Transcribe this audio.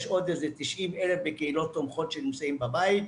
יש עוד כ-90,000 בקהילות תומכות שנמצאים בבית,